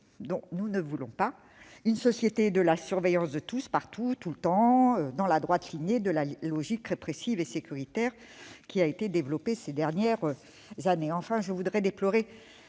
dont nous ne voulons pas : une société de la surveillance de tous, partout, tout le temps, dans la droite ligne de la logique répressive et sécuritaire développée ces dernières années. Je déplore